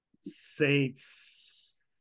Saints